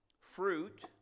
fruit